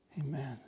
Amen